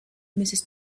mrs